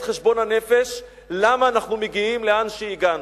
חשבון-הנפש למה אנחנו מגיעים לאן שהגענו.